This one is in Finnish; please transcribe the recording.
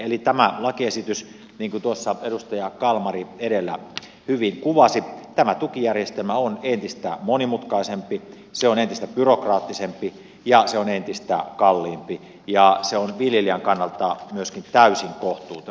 eli tässä lakiesityksessä niin kuin tuossa edustaja kalmari edellä hyvin kuvasi tämä tukijärjestelmä on entistä monimutkaisempi se on entistä byrokraattisempi ja se on entistä kalliimpi ja se on viljelijän kannalta myöskin täysin kohtuuton